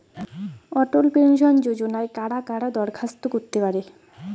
অটল pension যোজনায় কারা কারা দরখাস্ত করতে পারে?